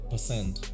Percent